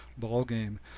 ballgame